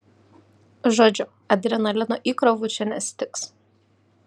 žodžiu adrenalino įkrovų čia nestigs